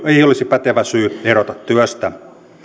olisi pätevä syy erota työstä